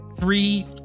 three